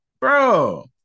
bro